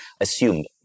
assumed